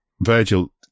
Virgil